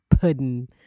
pudding